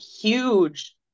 huge